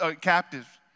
captive